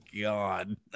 God